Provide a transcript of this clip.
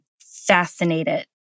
fascinated